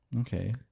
Okay